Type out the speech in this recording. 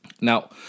Now